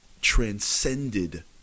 transcended